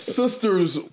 sister's